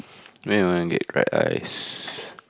then you wanna get dried ice